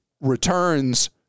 returns